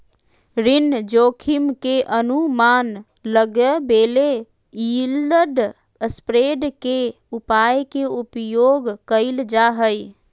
ऋण जोखिम के अनुमान लगबेले यिलड स्प्रेड के उपाय के उपयोग कइल जा हइ